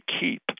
keep